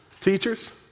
Teachers